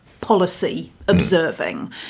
policy-observing